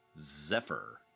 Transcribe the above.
Zephyr